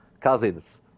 cousins